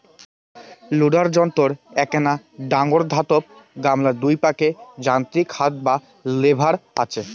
loader যন্ত্রর এ্যাকনা ডাঙর ধাতব গামলার দুই পাকে যান্ত্রিক হাত বা লেভার আচে